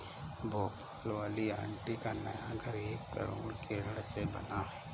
भोपाल वाली आंटी का नया घर एक करोड़ के ऋण से बना है